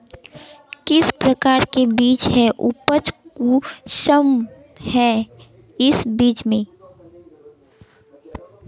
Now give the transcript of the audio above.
किस प्रकार के बीज है उपज कुंसम है इस बीज में?